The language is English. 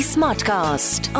Smartcast